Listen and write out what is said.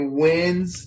wins